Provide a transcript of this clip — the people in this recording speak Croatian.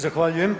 Zahvaljujem.